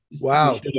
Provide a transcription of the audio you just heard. Wow